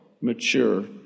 mature